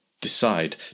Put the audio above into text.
decide